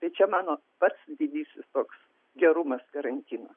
tai čia mano pats didysis toks gerumas karantino